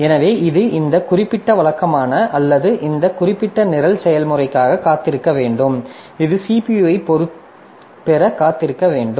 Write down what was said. எனவே இது இந்த குறிப்பிட்ட வழக்கமான அல்லது இந்த குறிப்பிட்ட நிரல் செயல்முறைக்காக காத்திருக்க வேண்டும் இது CPU ஐப் பெற காத்திருக்க வேண்டும்